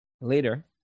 Later